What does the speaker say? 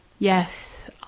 Yes